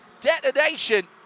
detonation